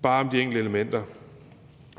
lidt om de enkelte elementer.